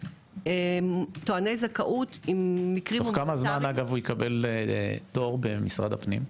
טועני זכאות במקרים- - תוך כמה זמן יקבל פטור במשרד הפנים?